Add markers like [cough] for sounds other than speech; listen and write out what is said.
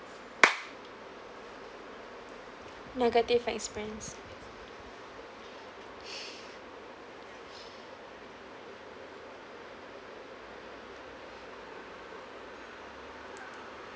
negative experience [breath]